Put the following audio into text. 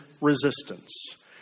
resistance